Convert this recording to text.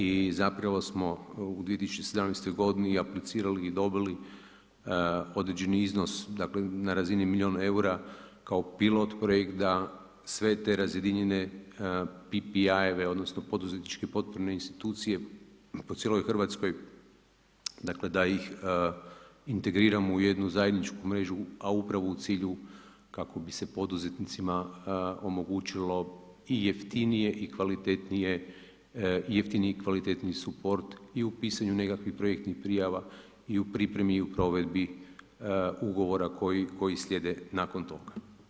I zapravo smo u 2017. godini aplicirali i dobili određeni iznos, dakle na razini milijun eura kao pilot-projekt da sve te razjedinjenje PPI-jeve odnosno poduzetničke potpune institucije po cijeloj Hrvatskoj, dakle da ih integriramo u jednu zajedničku mrežu, a upravo u cilju kako bi se poduzetnicima omogućilo i jeftiniji i kvalitetniji suport i u pisanju nekakvih projektnih prijava i u pripremi i u provedbi ugovora koji slijede nakon toga.